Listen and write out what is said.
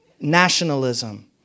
nationalism